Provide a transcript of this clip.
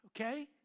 Okay